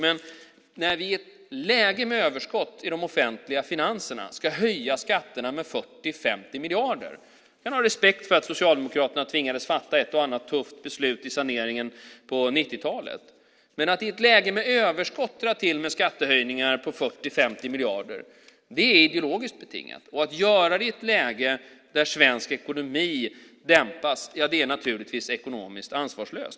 Men att vi i ett läge med överskott i de offentliga finanserna ska höja skatterna med 40-50 miljarder - jag kan ha respekt för att Socialdemokraterna tvingades fatta ett och annat tufft beslut i saneringen på 90-talet - är ideologiskt betingat. Att göra det i ett läge där svensk ekonomi dämpas är ekonomiskt ansvarslöst.